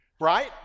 Right